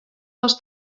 dels